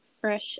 fresh